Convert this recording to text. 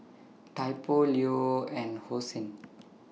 Typo Leo and Hosen